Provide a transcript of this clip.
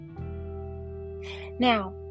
Now